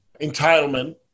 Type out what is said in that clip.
entitlement